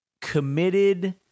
committed